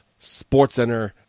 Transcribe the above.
SportsCenter